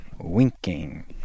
Winking